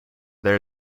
there